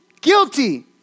guilty